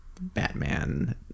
Batman